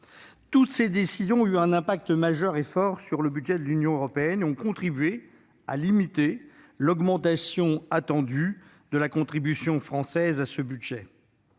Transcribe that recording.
Toutes ces décisions ont eu un fort impact sur le budget de l'Union européenne, contribuant à limiter l'augmentation attendue de la participation française à ce budget.